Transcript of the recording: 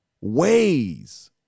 ways